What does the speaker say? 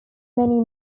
many